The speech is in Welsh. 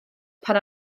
pan